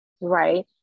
right